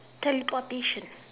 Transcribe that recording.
teleportation